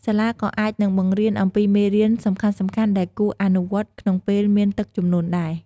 សាលាក៏អាចនឹងបង្រៀនអំពីមេរៀនសំខាន់ៗដែលគួរអនុវត្តក្នុងពេលមានទឹកជំនន់ដែរ។